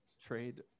trade